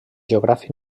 geogràfic